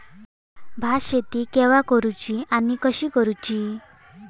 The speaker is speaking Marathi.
भात शेती केवा करूची आणि कशी करुची?